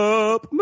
up